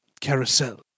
carousel